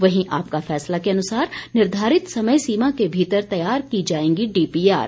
वहीं आपका फैसला के अनुसार निर्धारित समय सीमा के भीतर तैयार की जाएंगी डीपीआर